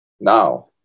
now